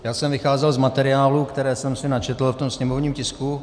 Já jsem vycházel z materiálů, které jsem si načetl ve sněmovním tisku.